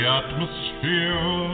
atmosphere